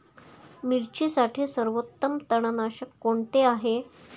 मिरचीसाठी सर्वोत्तम तणनाशक कोणते आहे?